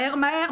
מהר-מהר,